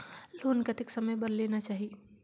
Loan कतेक समय बर लेना चाही?